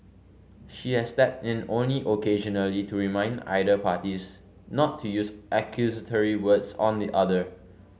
she has step in only occasionally to remind either parties not to use accusatory words on the other